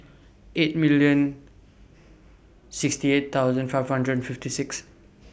eight million sixty eight thousand five hundred and fifty six